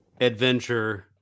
Adventure